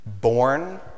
born